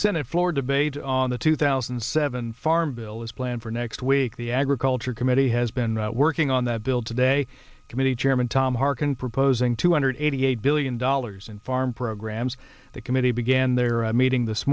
senate floor debate on the two thousand and seven farm bill is planned for next week the agriculture committee has been working on that bill today committee chairman tom harkin proposing two hundred eighty eight billion dollars in farm programs the committee began their meeting this